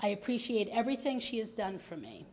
i appreciate everything she has done for me